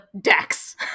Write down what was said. Dex